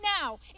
now